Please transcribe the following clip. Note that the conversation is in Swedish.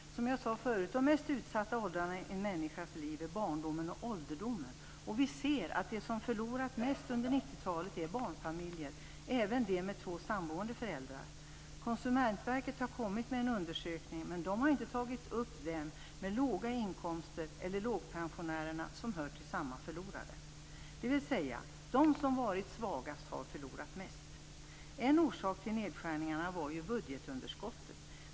Som jag sade förut är de mest utsatta åldrarna i en människas liv barndomen och ålderdomen. Vi ser att de som förlorat mest under 90-talet är barnfamiljer, även de med två samboende föräldrar. Konsumentverket har kommit med en undersökning, men de har inte tagit upp dem med låga inkomster eller lågpensionärerna, som hör till samma förlorare. De som har varit svagast har förlorat mest. En orsak till nedskärningarna var budgetunderskottet.